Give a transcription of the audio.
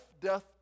death